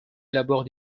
élabore